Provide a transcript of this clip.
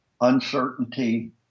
uncertainty